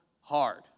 hard